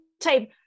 type